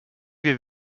wir